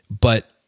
But-